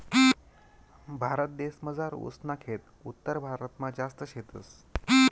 भारतदेसमझार ऊस ना खेत उत्तरभारतमा जास्ती शेतस